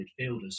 midfielders